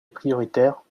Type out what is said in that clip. prioritaire